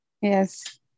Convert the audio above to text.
Yes